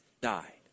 died